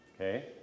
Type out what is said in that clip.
Okay